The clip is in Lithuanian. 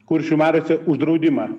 kuršių mariose uždraudimą